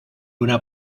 una